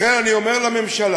לכן אני אומר לממשלה,